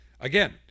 Again